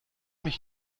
mich